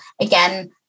again